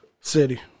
City